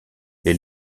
les